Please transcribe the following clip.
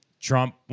Trump